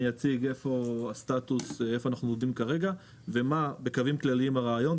אני אציג איפה אנחנו עומדים כרגע ומה הרעיון בקווים כלליים,